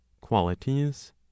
qualities